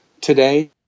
today